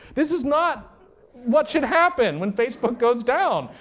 this is not what should happen when facebook goes down.